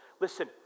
Listen